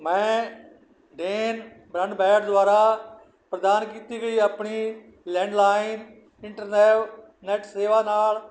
ਮੈਂ Den broadband ਦੁਆਰਾ ਪ੍ਰਦਾਨ ਕੀਤੀ ਗਈ ਆਪਣੀ ਲੈਂਡਲਾਈਨ ਇੰਟਰਨੈ ਨੈਟ ਸੇਵਾ ਨਾਲ